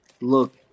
look